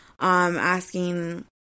asking